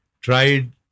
tried